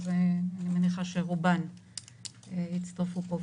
שאני מניחה שרובן הצטרפו פה.